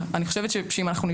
מזכירת הוועדה,